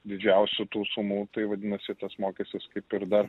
didžiausių tų sumų tai vadinasi tas mokestis kaip ir dar